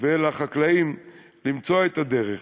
ולחקלאים למצוא את הדרך.